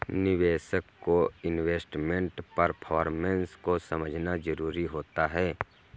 निवेशक को investment performance को समझना जरुरी होता है